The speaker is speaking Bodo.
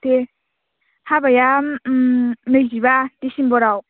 देह हाबाया नैजिबा डिसेम्बराव